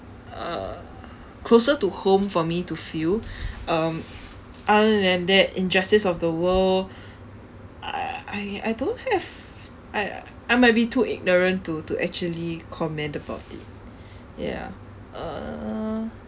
uh closer to home for me to feel um other than that injustice of the world I~ I~ I don't have I~ I might be too ignorant to to actually comment about it ya uh